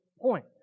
point